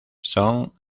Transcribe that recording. son